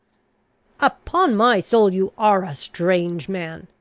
upon my soul, you are a strange man!